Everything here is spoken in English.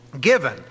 given